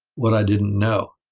what i didn't know.